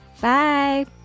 Bye